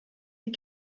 die